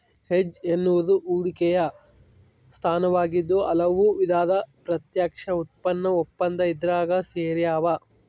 hedge ಎನ್ನುವುದು ಹೂಡಿಕೆಯ ಸ್ಥಾನವಾಗಿದ್ದು ಹಲವು ವಿಧದ ಪ್ರತ್ಯಕ್ಷ ಉತ್ಪನ್ನ ಒಪ್ಪಂದ ಇದ್ರಾಗ ಸೇರ್ಯಾವ